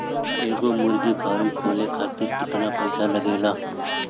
एगो मुर्गी फाम खोले खातिर केतना रुपया लागेला?